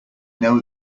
know